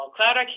CloudIQ